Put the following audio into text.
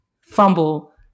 Fumble